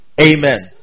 Amen